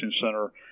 center